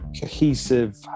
cohesive